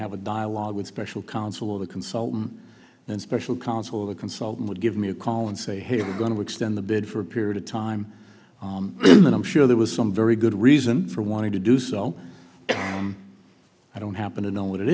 have a dialogue with special counsel of the consultant and special counsel the consultant would give me a call and say hey i'm going to extend the bid for a period of time and i'm sure there was some very good reason for wanting to do so i don't happen to know what it